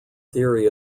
theory